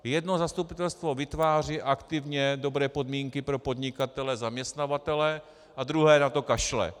Jedno zastupitelstvo vytváří aktivně dobré podmínky pro podnikatele zaměstnavatele a druhé na to kašle.